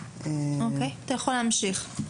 בסדר, אתה יכול להמשיך.